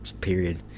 Period